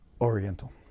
Oriental